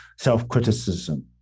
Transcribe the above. self-criticism